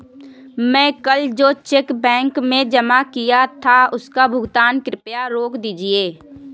मैं कल जो चेक बैंक में जमा किया था उसका भुगतान कृपया रोक दीजिए